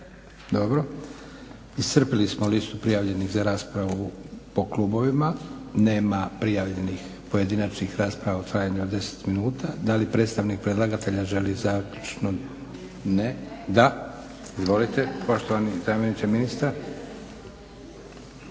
Dobro. Iscrpili smo listu prijavljenih za raspravu po klubovima. Nema prijavljenih pojedinačnih rasprava u trajanju od 10 minuta. Da li predstavnik predlagatelja želi zaključno? Ne? Da. Izvolite poštovani zamjeniče ministra.